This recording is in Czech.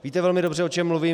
Víte velmi dobře, o čem mluvím.